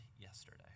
yesterday